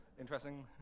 interesting